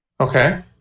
Okay